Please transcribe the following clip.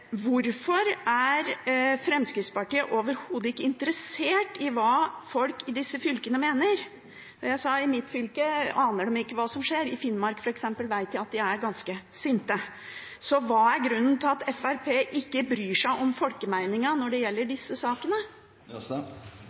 Hvorfor er Fremskrittspartiet overhodet ikke interessert i hva folk i disse fylkene mener? I mitt fylke aner de ikke hva som skjer. I Finnmark, f.eks., vet jeg at de er ganske sinte. Hva er grunnen til at Fremskrittspartiet ikke bryr seg om folkemeningen når det gjelder disse sakene?